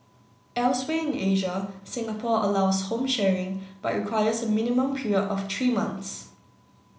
elsewhere in Asia Singapore allows home sharing but requires a minimum period of three months